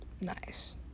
Nice